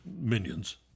Minions